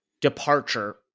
departure